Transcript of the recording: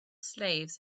slaves